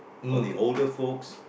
for the older folks